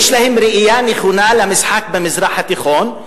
יש להן ראייה נכונה למשחק במזרח התיכון.